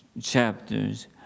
chapters